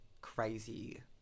crazy